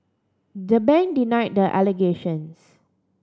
the bank denied the allegations